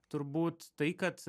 turbūt tai kad